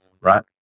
right